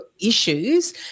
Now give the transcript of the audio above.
issues